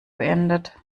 beendet